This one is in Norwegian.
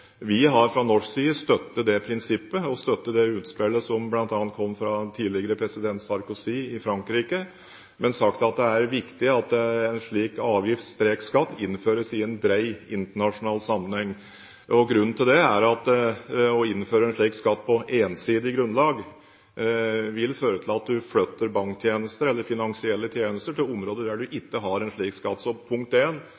Vi har fra norsk side støttet det prinsippet. Vi støtter bl.a. det utspillet som kom fra tidligere president Sarkozy i Frankrike, men har sagt at det er viktig at en slik avgift/skatt innføres i en bred internasjonal sammenheng. Grunnen til det er at det å innføre en slik skatt på ensidig grunnlag vil føre til at en flytter banktjenester eller finansielle tjenester til områder der